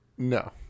No